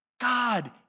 God